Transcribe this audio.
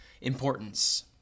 importance